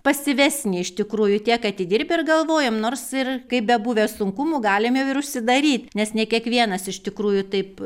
pasyvesni iš tikrųjų tiek atidirbę ir galvojam nors ir kaip bebuvę sunkumų galim jau ir užsidaryt nes ne kiekvienas iš tikrųjų taip